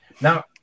Now